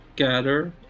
gather